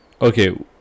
Okay